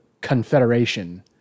Confederation